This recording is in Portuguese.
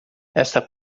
esta